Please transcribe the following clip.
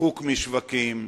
ריחוק משווקים,